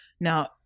Now